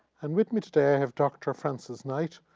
and with me today i have dr frances knight,